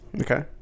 Okay